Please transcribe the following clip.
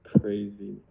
crazy